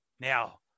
now